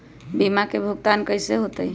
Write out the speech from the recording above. बीमा के भुगतान कैसे होतइ?